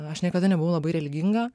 aš niekada nebuvau labai religinga